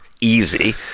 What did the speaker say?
easy